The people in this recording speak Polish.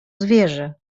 zwierzę